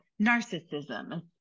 narcissism